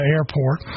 Airport